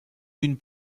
une